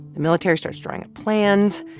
the military starts drawing up plans.